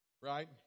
right